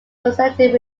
essentially